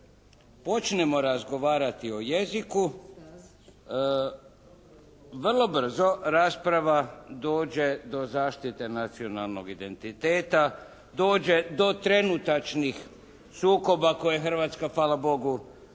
počnemo razgovarati o jeziku vrlo brzo rasprava dođe do zaštite nacionalnog identiteta, dođe do trenutačnih sukoba koje Hrvatska hvala Bogu